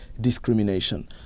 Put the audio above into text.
discrimination